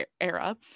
era